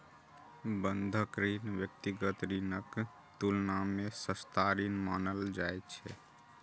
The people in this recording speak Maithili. बंधक ऋण व्यक्तिगत ऋणक तुलना मे सस्ता ऋण मानल जाइ छै